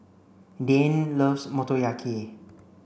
Dayne loves Motoyaki